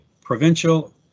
provincial